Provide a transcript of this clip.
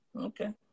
okay